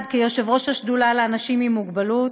אחד, כיושבת-ראש השדולה לאנשים עם מוגבלות,